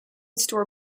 store